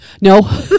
No